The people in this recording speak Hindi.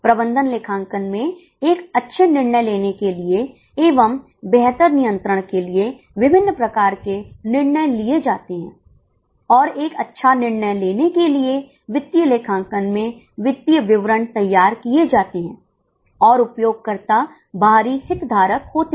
प्रबंधन लेखांकन में एक अच्छे निर्णय लेने के लिए एवं बेहतर नियंत्रण के लिए विभिन्न प्रकार के निर्णय लिए जाते हैं और एक अच्छा निर्णय लेने के लिए वित्तीय लेखांकन में वित्तीय विवरण तैयार किए जाते हैं और उपयोगकर्ता बाहरी हित धारक होते हैं